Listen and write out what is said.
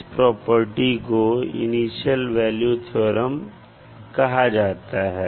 इस प्रॉपर्टी को initial value theorem कहा जाता है